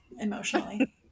emotionally